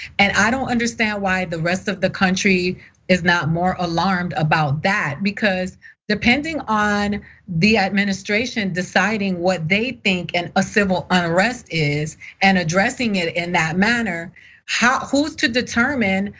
and i don't understand why the rest of the country is not more alarmed about that. because depending on the administration deciding what they think and a civil unrest is and addressing it in that manner who's to determine.